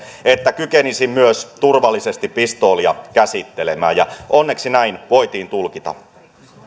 että kykenisin myös turvallisesti pistoolia käsittelemään ja onneksi näin voitiin tulkita